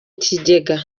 kigega